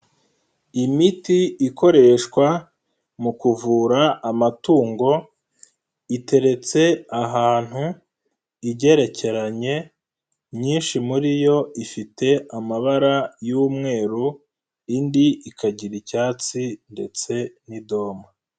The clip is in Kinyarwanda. Imiti ikoreshwa mu kuvura amatungo iteretse ahantu igerekeranye inyinshi muri yo ifite amabara y'umweru indi ikagira icyatsi ndetse n'idoma.